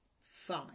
Five